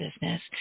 business